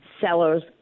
seller's